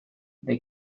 they